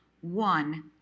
one